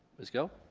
ms. gill?